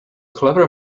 clever